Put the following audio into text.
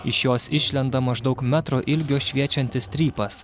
iš jos išlenda maždaug metro ilgio šviečiantis strypas